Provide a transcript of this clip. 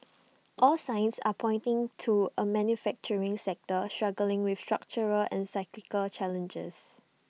all signs are pointing to A manufacturing sector struggling with structural and cyclical challenges